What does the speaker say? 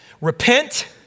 Repent